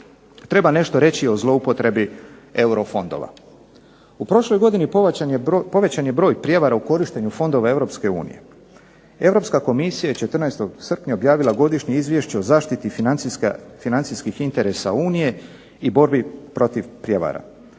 Treba nešto reći i o zloupotrebi eurofondova. U prošloj godini povećan je broj prijevara u korištenju fondova EU. Europska komisija 14. srpnja objavila godišnje izvješće o zaštiti financijskih interesa Unije i borbi protiv prijevara.